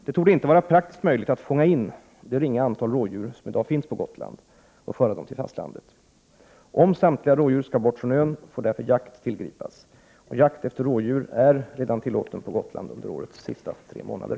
Det torde inte vara praktiskt möjligt att fånga in det ringa antal rådjur som i dag finns på Gotland och föra det till fastlandet. Om samtliga rådjur skall bort från ön får därför jakt tillgripas. Jakt efter rådjur är redan tillåten på Gotland under årets sista tre månader.